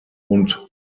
und